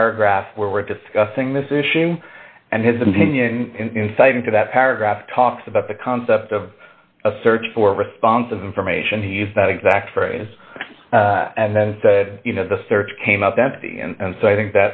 paragraph where we're discussing this issue and his opinion insight into that paragraph talks about the concept of a search for responsive information he used that exact phrase and then said you know the search came up empty and so i think